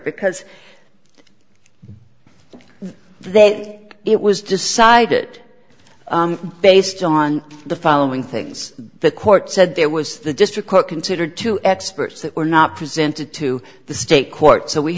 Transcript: because they it was decided based on the following things the court said there was the district court considered two experts that were not presented to the state court so we